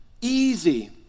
easy